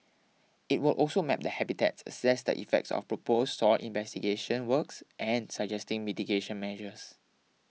it will also map the habitats assess the effects of proposed soil investigation works and suggesting mitigating measures